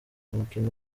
umukino